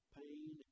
pain